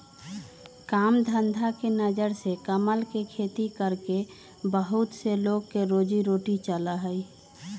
काम धंधा के नजर से कमल के खेती करके बहुत से लोग के रोजी रोटी चला हई